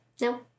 No